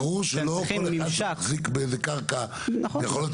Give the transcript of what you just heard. זה ברור שלא כל אחד שמחזיק באיזה קרקע יכול להיות